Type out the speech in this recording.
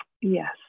yes